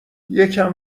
یکم